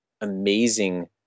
amazing